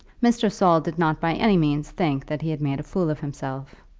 mr. saul did not by any means think that he had made a fool of himself.